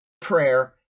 prayer